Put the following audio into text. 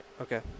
okay